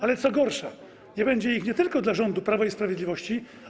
Ale, co gorsza, nie będzie ich nie tylko dla rządu Prawa i Sprawiedliwości.